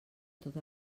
tot